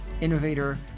innovator